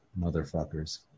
motherfuckers